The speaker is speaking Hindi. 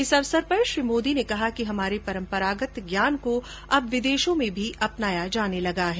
इस अवसर पर श्री मोदी ने कहा कि हमारे परंपरागत ज्ञान को अब विदेशों में भी अपनाया जाने लगा है